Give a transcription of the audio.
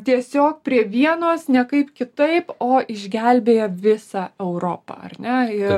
tiesiog prie vienos niekaip kitaip o išgelbėja visą europą ar ne ir